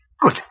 Good